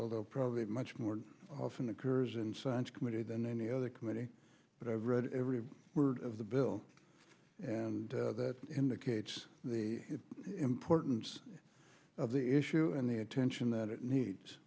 although probably much more often occurs in science committee than any other committee but i've read every word of the bill and that indicates the importance of the issue and the attention that it needs